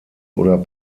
oder